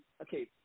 okay